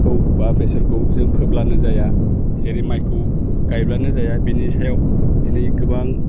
खौ बा बेसरखौ जों फोब्लानो जाया जेरै माइखौ गायब्लानो जाया बिनि सायाव दिनै गोबां